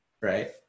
right